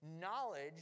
Knowledge